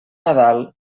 nadal